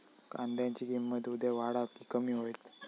कांद्याची किंमत उद्या वाढात की कमी होईत?